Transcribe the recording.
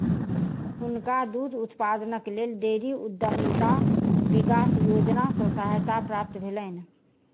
हुनका दूध उत्पादनक लेल डेयरी उद्यमिता विकास योजना सॅ सहायता प्राप्त भेलैन